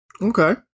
Okay